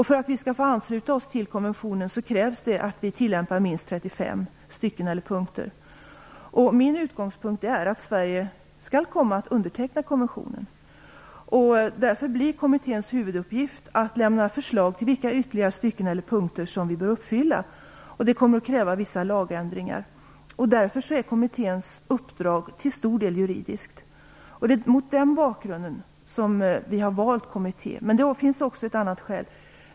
För att vi skall få ansluta oss till konventionen krävs att vi tillämpar minst 35 stycken eller punkter. Min utgångspunkt är att Sverige skall komma att underteckna konventionen. Därför blir kommitténs huvuduppgift att lämna förslag på vilka ytterligare stycken eller punkter som vi bör uppfylla. Det kommer att kräva vissa lagändringar. Kommitténs uppdrag är därför till stor del juridiskt. Det är mot den bakgrunden vi har valt att tillsätta en kommitté. Det finns även ett annat skäl.